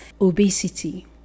obesity